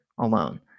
alone